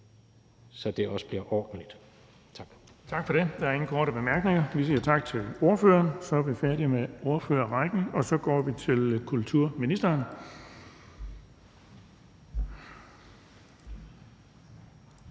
(Erling Bonnesen): Tak for det. Der er ingen korte bemærkninger. Vi siger tak til ordføreren. Så er vi færdig med ordførerrækken, og så går vi til kulturministeren.